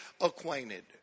acquainted